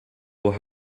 will